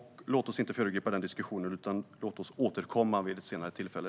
Låt oss inte föregripa den diskussionen utan återkomma till detta vid ett senare tillfälle.